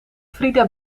frieda